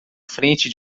frente